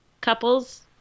couples